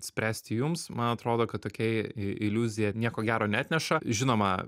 spręsti jums man atrodo kad tokia iliuzija nieko gero neatneša žinoma